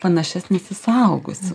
panašesnis į suaugusių